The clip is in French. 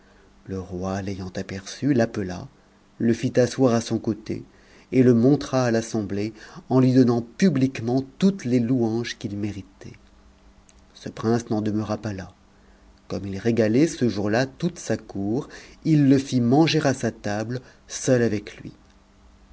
le roi l'ayant aperçu l'appela le fit asseoir à son côté et le montra à l'assemblée en lui donnant publiquement toutes les louanges qu'il méritait ce prince n'en demeura pas là comme il régalait ce jour-là toute sa cour il le fit manger à sa table seul avec lui